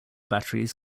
batteries